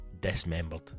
dismembered